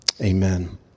Amen